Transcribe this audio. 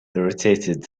irritated